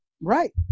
Right